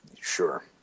Sure